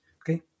Okay